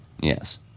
Yes